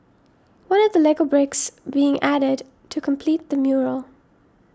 one of the Lego bricks being added to complete the mural